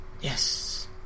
Yes